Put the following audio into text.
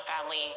family